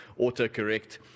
Autocorrect